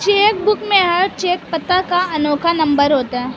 check book में हर cheque पता का अनोखा नंबर होता है